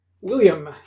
William